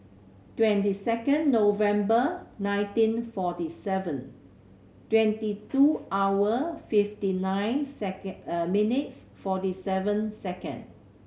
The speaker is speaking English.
twenty second November nineteen forty seven twenty two hour fifty nine second minutes forty seven second